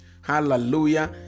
hallelujah